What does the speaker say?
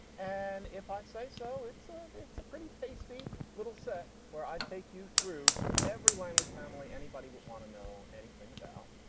and if i say so, it's sort of it's a pretty tasty little set where i take you through every language family anybody would want to know anything about.